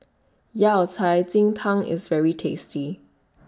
Yao Cai Ji Tang IS very tasty